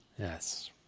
Yes